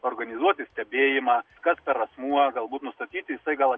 organizuoti stebėjimą kas per asmuo galbūt nustatyti jisai gal